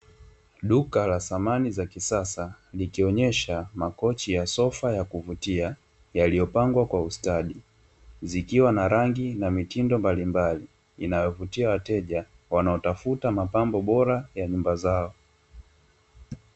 Duka la samani za kisasa likionyesha makochi ya sofa ya kuvutia yaliyopangwa kwa ustadi, zikiwa na rangi na mitindo mbalimbali inayovutia wateja wanaotafuta mapambo bora ya nyumba zao.